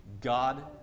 God